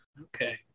okay